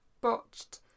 botched